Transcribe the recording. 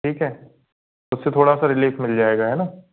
ठीक है उससे थोड़ा सा रिलीफ मिल जाएगा है न